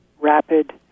rapid